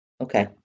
Okay